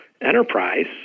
enterprise